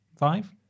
Five